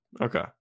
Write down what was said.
Okay